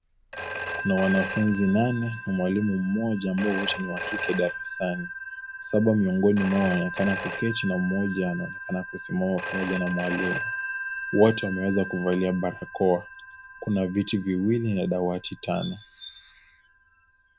Kuna wanafunzi nane na mwalimu mmoja ambao wote ni wa kike darasani, saba miongoni mwao wanaonekana kuketi na mmoja anaonekana kusimama pamoja na mwalimu, wote wameweza kuvalia barakoa, kuna viti viwili na dawati tano.